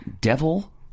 Devil